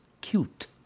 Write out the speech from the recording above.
cute